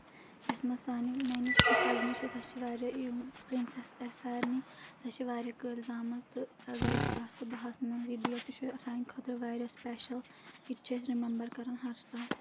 یَتھ منٛز سانہِ میانہِ قزنہِ چھِ سۄ چھِ واریاہ یِم پرٛنسیس اسہِ سارنٕے سۄ چھِ واریاہ کٲلۍ زامٕژ تہٕ سۄ زاے زٕ ساس تہٕ باہَس منٛز تہٕ یہِ ڈیٹ تہِ چھُ سانہِ خٲطرٕ واریاہ سُپیشَل یہِ تہِ چھِ اَسہِ رِمیٚمبر کران ہر ساتہٕ